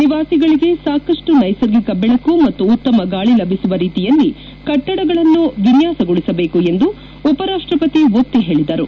ನಿವಾಸಿಗಳಿಗೆ ಸಾಕಷ್ಟು ನೈಸರ್ಗಿಕ ಬೆಳಕು ಮತ್ತು ಉತ್ತಮ ಗಾಳಿ ಲಭಿಸುವ ರೀತಿಯಲ್ಲಿ ಕಟ್ಟಡಗಳನ್ನು ವಿನ್ಯಾಸಗೊಳಿಸಬೇಕು ಎಂದು ಉಪರಾಷ್ಟಪತಿ ಒತ್ತಿ ಹೇಳಿದರು